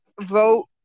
vote